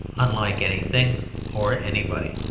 unlike anything or anybody.